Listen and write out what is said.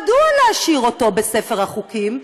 מדוע להשאיר אותו בספר החוקים?